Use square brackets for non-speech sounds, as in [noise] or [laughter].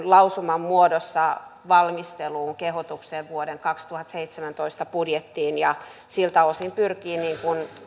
[unintelligible] lausuman muodossa valmisteluun kehotuksen vuoden kaksituhattaseitsemäntoista budjettiin ja siltä osin pyrkii